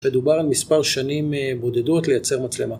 מדובר על מספר שנים בודדות לייצר מצלמה